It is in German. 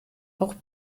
auch